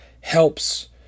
helps